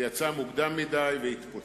זה יצא מוקדם מדי והתפוצץ.